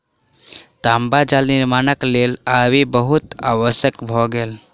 तांबा जाल निर्माणक लेल आबि बहुत आवश्यक भ गेल अछि